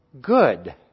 good